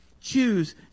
choose